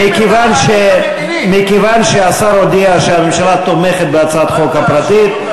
מכיוון שהשר הודיע שהממשלה תומכת בהצעת החוק הפרטית,